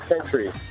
century